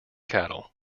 cattle